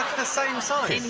the same size.